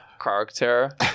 character